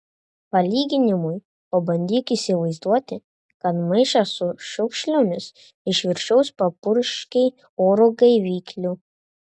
palyginimui pabandyk įsivaizduoti kad maišą su šiukšlėmis iš viršaus papurškei oro gaivikliu